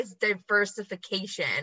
diversification